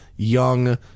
Young